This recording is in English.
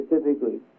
specifically